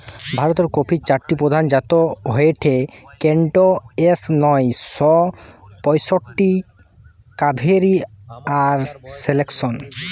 ভারতের কফির চারটি প্রধান জাত হয়ঠে কেন্ট, এস নয় শ পয়ষট্টি, কাভেরি আর সিলেকশন